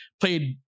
played